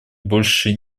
больше